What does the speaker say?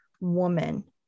woman